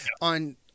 on